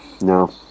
No